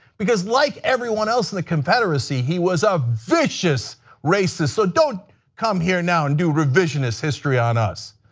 because like everyone else in the confederacy he was a vicious racist. so don't come here now and do revisionist history on us.